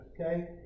okay